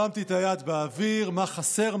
הרמתי את היד באוויר, מה חסר?